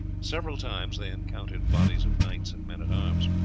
several times they encountered bodies of knights and men-at-arms,